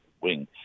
wing